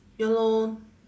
ya lor